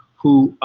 who